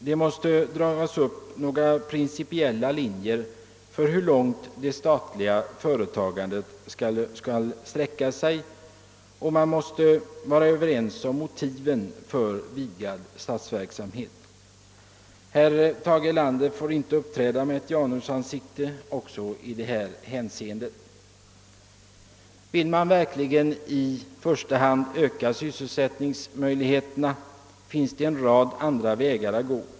Det måste dras upp principiella linjer för hur långt det statliga företagandet skall sträcka sig, och man måste vara överens om motiven för vidgad statsverksamhet. Herr Tage Erlander får inte uppträda med ett Janusansikte också i detta hänseende. Vill man verkligen i första hand öka sysselsättningsmöjligheterna finns det en rad andra vägar att gå.